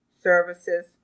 services